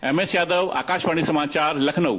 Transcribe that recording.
एमएसयादव आकाशवाणी समाचार लखनऊ